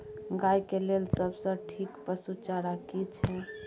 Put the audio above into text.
गाय के लेल सबसे ठीक पसु चारा की छै?